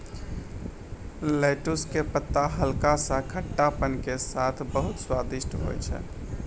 lettuce के पत्ता हल्का सा खट्टापन के साथॅ बहुत स्वादिष्ट होय छै